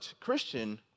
Christian